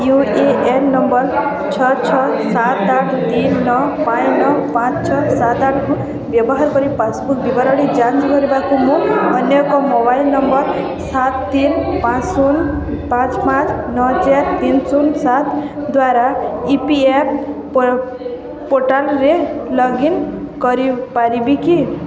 you A N number ଛଅ ଛଅ ସାତ ଆଠ ତିନି ନଅ ପାଞ୍ଚ ନଅ ପାଞ୍ଚ ଛଅ ସାତ ଆଠକୁ ବ୍ୟବହାର କରି ପାସ୍ବୁକ୍ ବିବରଣୀ ଯାଞ୍ଚ କରିବାକୁ ମୁଁ ଅନ୍ୟ ଏକ ମୋବାଇଲ ନମ୍ବର ସାତ ତିନି ପାଞ୍ଚ ଶୂନ ପାଞ୍ଚ ପାଞ୍ଚ ନଅ ଚାରି ତିନି ଶୂନ ସାତ ଦ୍ଵାରା ଇ ପି ଏଫ୍ ଓ ପୋର୍ଟାଲ୍ରେ ଲଗ୍ ଇନ୍ କରିପାରିବି କି